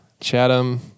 Chatham